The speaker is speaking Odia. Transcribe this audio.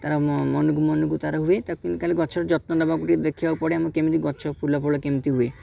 ତା'ର ମନକୁ ମନ ତା'ର ହୁଏ ତାକୁ କେମିତି ଖାଲି ଗଛର ଯତ୍ନ ନେବାକୁ ଟିକେ ଦେଖିବାକୁ ପଡ଼େ କେମିତି ଫୁଲ ଫଳ କେମିତି ହୁଏ